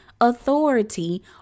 authority